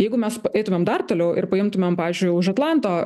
jeigu mes paeitumėm dar toliau ir paimtumėm pavyzdžiui už atlanto